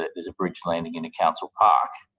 there's a bridge landing in a council park.